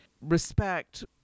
respect